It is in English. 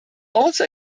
also